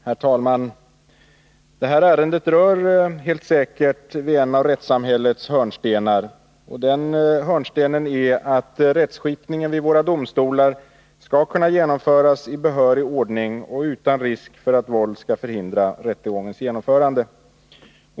Herr talman! Det här ärendet rör helt säkert vid en av rättssamhällets hörnstenar, nämligen att rättsskipningen vid våra domstolar skall kunna ske i behörig ordning och utan risk för att våld skall förhindra rättegångens genomförande.